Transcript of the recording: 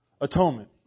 atonement